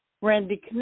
randy